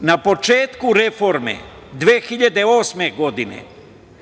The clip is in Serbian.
na početku reforme 2008. godine